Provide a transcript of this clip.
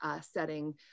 setting